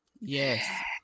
Yes